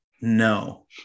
no